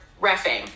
refing